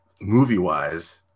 movie-wise